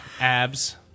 Abs